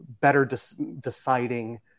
better-deciding